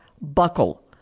buckle